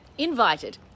Invited